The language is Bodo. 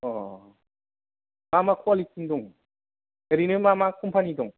अ मा मा क'वालिटिनि दं ओरैनो मा मा कम्पानि दं